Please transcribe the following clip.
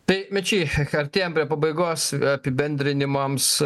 tai mečy che he artėjam prie pabaigos apibendrinimams